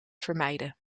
vermijden